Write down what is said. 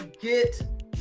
get